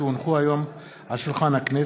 כי הונחו היום על שולחן הכנסת,